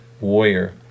warrior